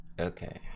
okay